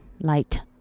light